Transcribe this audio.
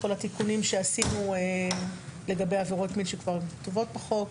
כל התיקונים שעשינו לגבי עבירות מין שכבר כתובות בחוק.